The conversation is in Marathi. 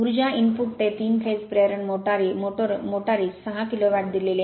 ऊर्जा इंपुट ते 3 फेज प्रेरण मोटोरीस 60 किलो वॅट दिलेले